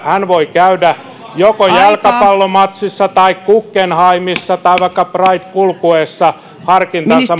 hän voi käydä joko jalkapallomatsissa tai guggenheimissa tai vaikka pride kulkueessa harkintansa